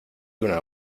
una